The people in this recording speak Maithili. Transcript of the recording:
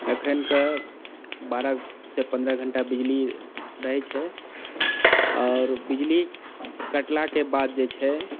एखन कऽ बारहसँ पन्द्रह घण्टा बिजली रहै छै आओर बिजली कटलाके बाद जे छै